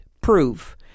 proof